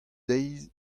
deiz